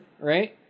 Right